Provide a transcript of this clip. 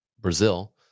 Brazil